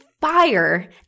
fire